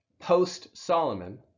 post-Solomon